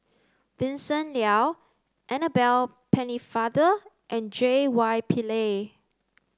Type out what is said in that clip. Vincent Leow Annabel Pennefather and J Y Pillay